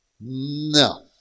No